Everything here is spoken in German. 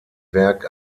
werk